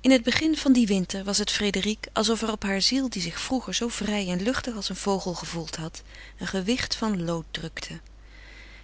in het begin van dien winter was het frédérique alsof er op hare ziel die zich vroeger zoo vrij en luchtig als een vogel gevoeld had een gewicht van lood drukte